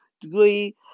degree